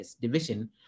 Division